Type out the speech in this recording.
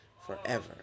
forever